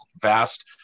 vast